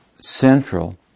central